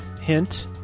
hint